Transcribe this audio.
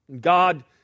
God